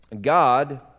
God